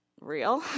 real